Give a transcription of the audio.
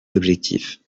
objectifs